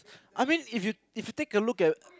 I mean if you if you take a look at